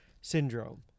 syndrome